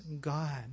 God